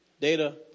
Data